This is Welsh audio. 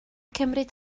cymryd